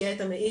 שיהיה את המעיל.